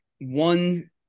one